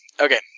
Okay